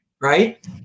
right